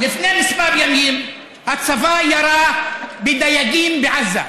לפני כמה ימים הצבא ירה בדייגים בעזה.